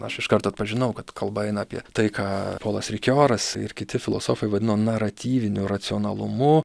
aš iš karto atpažinau kad kalba eina apie tai ką polas rikioras ir kiti filosofai vadino naratyviniu racionalumu